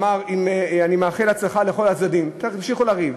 אמר: אני מאחל הצלחה לכל הצדדים, תמשיכו לריב.